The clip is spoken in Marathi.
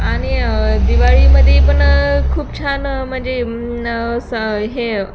आणि दिवाळीमध्ये पण खूप छान म्हणजे स हे